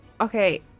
okay